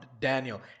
Daniel